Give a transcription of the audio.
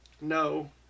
no